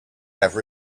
have